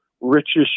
richest